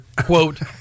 quote